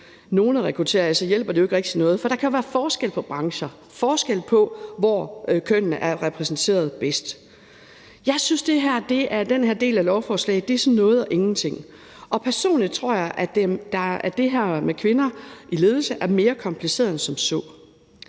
nogen at rekruttere af, hjælper det jo ikke rigtig noget. For der kan jo være forskel på brancher, forskel på, hvor kønnene er repræsenteret bedst. Jeg synes, at den her del af lovforslaget sådan er noget og ingenting. Personligt tror jeg, at det her med kvinder i ledelse er mere kompliceret end som så.